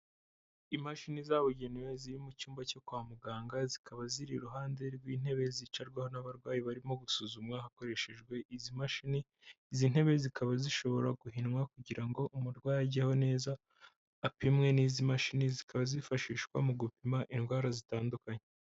Imashini zabugenewe ziri mu cyumba cyo kwa muganga, zikaba ziri iruhande rw'intebe zicarwaho n'abarwayi barimo gusuzumwa hakoreshejwe izi mashini, izi ntebe zikaba zishobora guhinwa kugira ngo umurwayi ajyeho neza, apimwe n'izi mashini, zikaba zifashishwa mu gupima indwara zitandukanye.